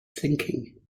thinking